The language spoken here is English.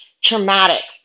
traumatic